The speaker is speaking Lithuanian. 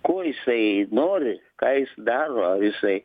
ko jisai nori ką jis daro ar jisai